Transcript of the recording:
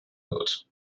wird